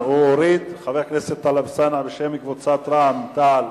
חבר הכנסת טלב אלסאנע, בשם קבוצת רע"ם-תע"ל,